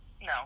No